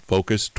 Focus